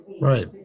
Right